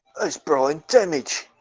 as burlington each